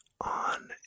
on